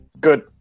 Good